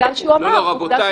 עובדה שהוא אמר, עובדה